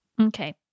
Okay